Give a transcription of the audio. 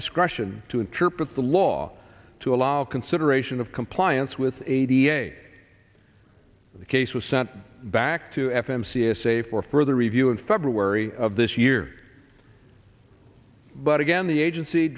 discretion to interpret the law to allow consideration of compliance with a da in the case was sent back to f m c s a for further review in february of this year but again the agency